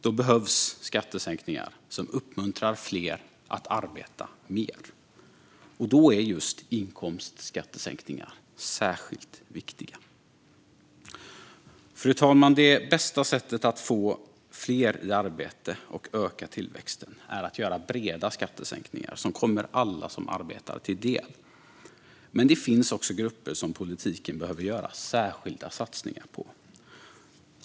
Då behövs skattesänkningar som uppmuntrar fler att arbeta mer, och då är just inkomstskattesänkningar särskilt viktiga. Fru talman! Det bästa sättet att få fler i arbete och öka tillväxten är att göra breda skattesänkningar som kommer alla som arbetar till del. Men det finns också grupper som politiken behöver göra särskilda satsningar på.